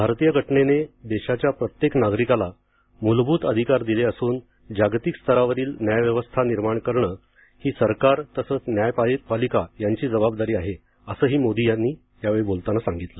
भारतीय घटनेने देशाच्या प्रत्येक नागरिकाला मूलभूत अधिकार दिले असून जागतिक स्तरावरील न्यायव्यवस्था निर्माण करणं ही सरकार तसंच न्यायपालिका यांची जबाबदारी आहे असंही मोदी यावेळी बोलताना म्हणाले